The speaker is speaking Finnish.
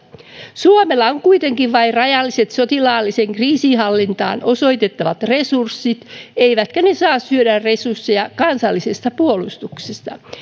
suomella on kuitenkin vain rajalliset sotilaalliseen kriisinhallintaan osoitettavat resurssit eivätkä ne saa syödä resursseja kansallisesta puolustuksesta